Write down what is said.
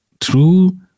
true